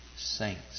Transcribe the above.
saints